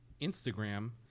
instagram